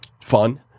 fun